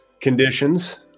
Conditions